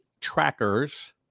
trackers